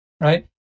Right